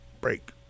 break